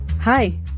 Hi